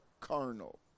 carnal